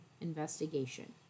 investigation